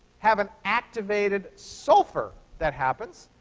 have an activated sulfur that happens,